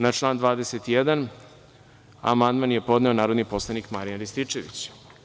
Na član 21. amandman je podneo narodni poslanik Marijan Rističević.